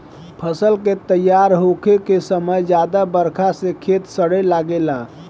फसल के तइयार होखे के समय ज्यादा बरखा से खेत सड़े लागेला